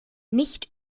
nicht